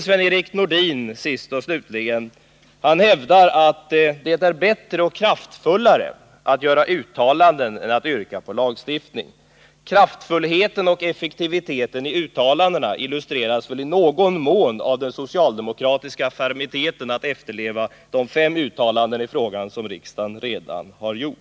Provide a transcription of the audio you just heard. Sven-Erik Nordin hävdar att det är bättre och kraftfullare att göra uttalanden än att yrka på lagstiftning. Kraftfullheten och effektiviteten i uttalandena illustreras väl i någon mån av den socialdemokratiska fermiteten att efterleva de fem uttalanden i frågan som riksdagen redan har gjort.